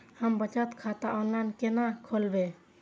हम बचत खाता ऑनलाइन केना खोलैब?